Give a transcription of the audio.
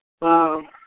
Wow